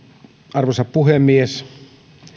arvoisa puhemies